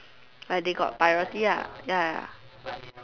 like they got priority ah ya ya